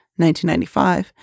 1995